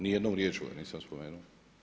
Ni jednom riječi ga nisam spomenuo.